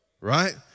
Right